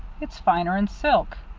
it's finer'n silk.